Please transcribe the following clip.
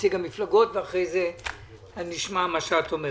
נציג המפלגות, ואז נשמע אותך.